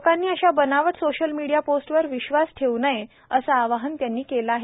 लोकांनी अशा बनावट सोशल मीडिया पोस्टवर विश्वास ठेव् नयेए असे आवाहनही त्यांनी केले आहे